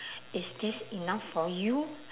is this enough for you